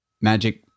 magic